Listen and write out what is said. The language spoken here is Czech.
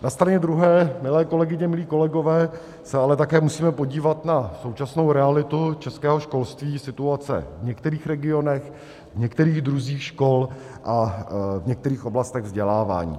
Na straně druhé, milé kolegyně, milí kolegové, se ale také musíme podívat na současnou realitu českého školství, na situaci v některých regionech, v některých druzích škol a v některých oblastech vzdělávání.